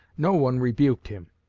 no one rebuked him.